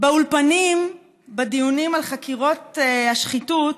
באולפנים, בדיונים על חקירות השחיתות,